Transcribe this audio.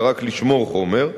אלא רק לשמור חומר,